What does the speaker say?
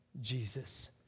Jesus